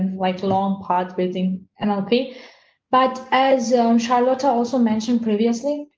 like, long part breathing. and okay. but as charlotte also mentioned previously,